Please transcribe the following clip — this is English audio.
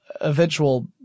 eventual